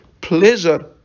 pleasure